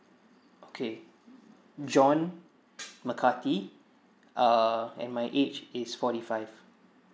okay john mackarkee err and my age is forty five